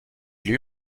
lui